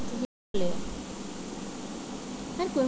ATM card বন্ধ করতে কোথায় ফোন বা যোগাযোগ করব?